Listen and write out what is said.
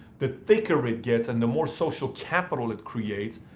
the thicker it gets and the more social capital it creates,